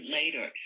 later